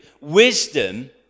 Wisdom